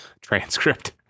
transcript